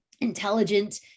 intelligent